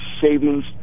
savings